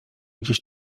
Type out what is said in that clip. gdzieś